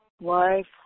life